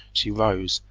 she rose,